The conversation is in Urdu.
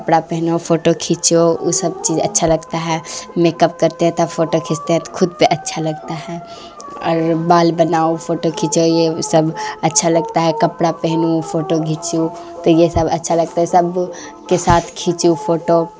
کپڑا پہنو فوٹو کھینچو وہ سب چیز اچھا لگتا ہے میکپ کرتے ہیں تب فوٹو کھینچتے ہیں تو خود پہ اچھا لگتا ہے اور بال بناؤ فوٹو کھینچو یہ سب اچھا لگتا ہے کپڑا پہنو فوٹو کھینچو تو یہ سب اچھا لگتا ہے سب کے ساتھ کھینچو فوٹو